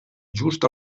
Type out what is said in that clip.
just